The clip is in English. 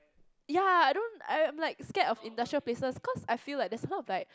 ya I don't I'm like scared of industrial places cause I feel like there's a lot of like